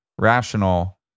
rational